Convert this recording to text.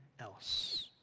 else